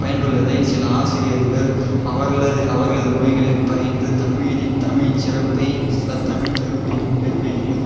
பயின்றுள்ளதை சில ஆசிரியர்கள் அவர்களது அவர்களது மொழிகளில் பயின்று தமிழனின் தமிழின் சிறப்பை தமிழ் சிறப்பையும் பெருமையும்